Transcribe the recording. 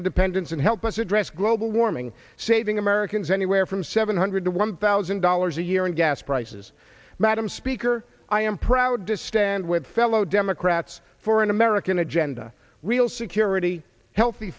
independence and help us address global warming saving americans anywhere from seven hundred to one thousand dollars a year and gas prices madam speaker i am proud to stand with fellow democrats for an american agenda real security healthy